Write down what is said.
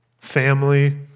family